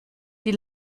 die